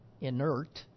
inert